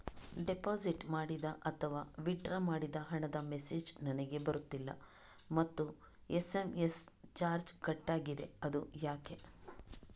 Deposit ಮಾಡಿದ ಅಥವಾ withdraw ಮಾಡಿದ ಹಣದ ಮೆಸೇಜ್ ನನಗೆ ಬರುತ್ತಿಲ್ಲ ಮತ್ತು ಎಸ್.ಎಂ.ಎಸ್ ಚಾರ್ಜ್ ಕಟ್ಟಾಗಿದೆ ಅದು ಯಾಕೆ?